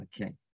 Okay